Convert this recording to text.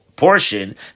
Portion